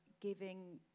giving